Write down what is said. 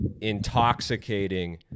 intoxicating